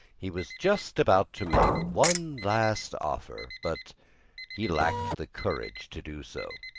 he was just about to make one last offer, but he lacked the courage to do so.